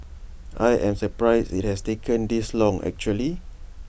I am surprised IT has taken this long actually